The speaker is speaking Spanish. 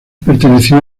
perteneció